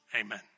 amen